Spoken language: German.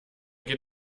geht